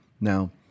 Now